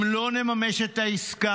אם לא נממש את העסקה,